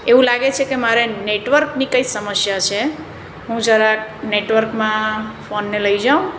એવું લાગે છે કે મારે નેટવર્કની કંઇ સમસ્યા છે હું જરાક નેટવર્કમાં ફોનને લઈ જાઉં